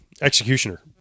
executioner